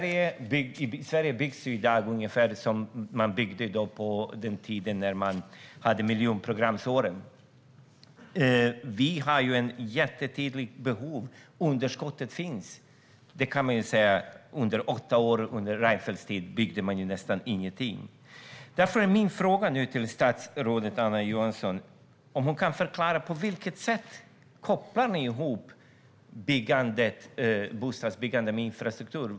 I Sverige byggs i dag ungefär lika mycket som under miljonprogramsåren. Vi har ett tydligt behov. Det finns ett underskott, för under åtta år, under Reinfeldts tid, byggde man nästan ingenting. Därför är min fråga till statsrådet Anna Johansson om hon kan förklara på vilket sätt ni kopplar ihop bostadsbyggandet med infrastruktur.